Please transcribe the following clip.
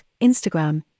Instagram